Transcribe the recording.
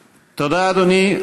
תודה, אדוני.